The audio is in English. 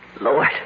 Lord